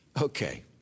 Okay